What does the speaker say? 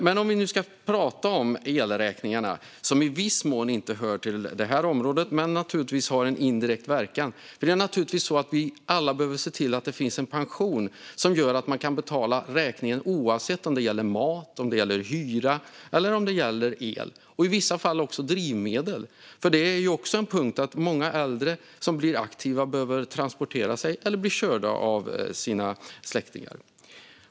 Men om vi nu ska prata om elräkningarna, som i viss mån hör hemma på ett annat område men naturligtvis har en indirekt verkan, är det naturligtvis så att vi behöver se till att det finns en pension som gör att människor kan betala räkningen oavsett om det gäller mat, hyra eller el. I vissa fall gäller det även drivmedel, för det är ju också så att många äldre som är aktiva behöver transportera sig eller bli körda av sina släktingar.